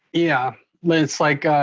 yeah, it's like,